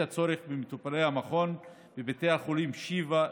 הצורך במטופלי המכון בבתי החולים שיבא,